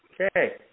Okay